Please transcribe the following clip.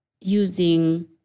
using